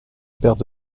perte